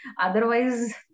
Otherwise